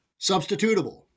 substitutable